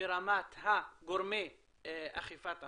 ברמת גורמי אכיפת החוק,